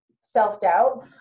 self-doubt